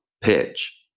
pitch